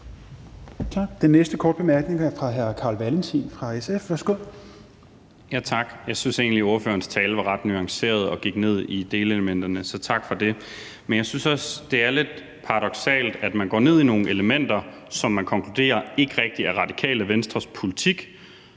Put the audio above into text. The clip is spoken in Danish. Den næste korte bemærkning er fra hr. Carl Valentin fra SF. Værsgo. Kl. 14:07 Carl Valentin (SF): Tak. Jeg synes egentlig, ordførerens tale var ret nuanceret og gik ned i delelementerne, så tak for det. Men jeg synes også, det er lidt paradoksalt, at man går ned i nogle elementer, som man konkluderer ikke rigtig er Radikale Venstres politik,